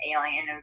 alien